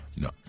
No